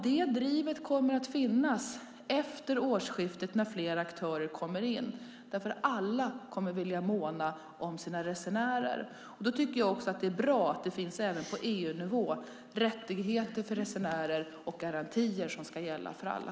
Det drivet kommer att finnas efter årsskiftet när fler aktörer kommer in. Alla kommer att vilja måna om sina resenärer. Det är bra att det även på EU-nivå finns rättigheter och garantier som ska gälla för alla.